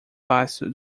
fácil